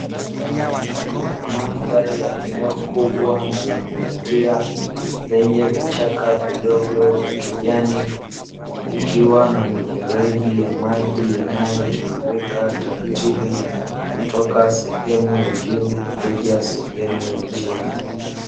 Mandhari ya eneo kubwa na kuvutia, lenye vichaka vidogo na kijani, kukiwa na mifereji ya maji yanayo tiririka taratibu kutoka sehemu ya juu kuja sehemu ya chini.